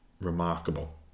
Remarkable